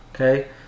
Okay